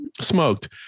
smoked